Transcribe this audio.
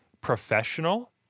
professional